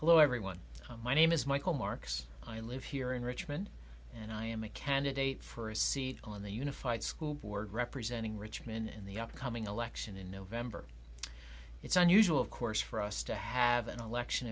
hello everyone my name is michael marx i live here in richmond and i am a candidate for a seat on the unified school board representing richmond in the upcoming election in november it's unusual of course for us to have an election